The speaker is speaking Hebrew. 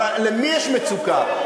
אבל למי יש מצוקה?